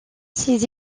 ses